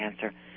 cancer